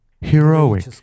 heroic